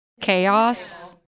Chaos